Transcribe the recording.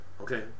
okay